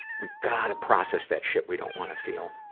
we gotta process that shit we don't wanna feel.